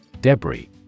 Debris